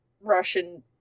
Russian